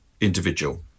individual